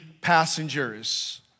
passengers